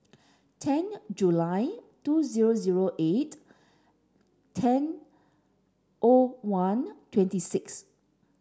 ten July two zero zero eight ten O one twenty six